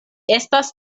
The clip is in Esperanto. estas